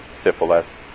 syphilis